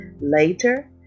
Later